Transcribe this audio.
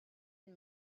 and